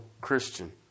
Christian